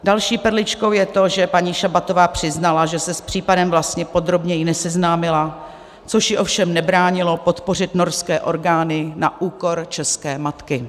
Další perličkou je to, že paní Šabatová přiznala, že se s případem vlastně podrobněji neseznámila, což jí ovšem nebránilo podpořit norské orgány na úkor české matky.